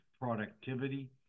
productivity